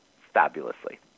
fabulously